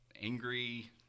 angry